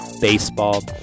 baseball